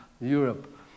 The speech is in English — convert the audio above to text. Europe